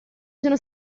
sono